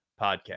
podcast